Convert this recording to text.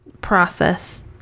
process